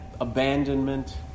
abandonment